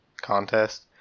contest